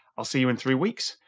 i'll see you in three weeks.